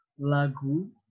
Lagu